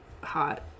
hot